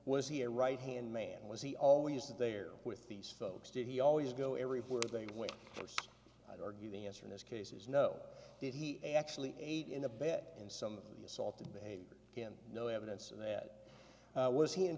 was he a right hand man was he always there with these folks did he always go everywhere they went i'd argue the answer in this case is no did he actually ate in a bat and some of the assault behavior no evidence of that was he in